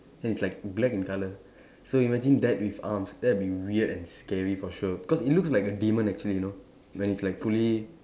and it's like black in colour so imagine that with arms that'll be weird and scary for sure cause it looks like a demon actually you know when it's like fully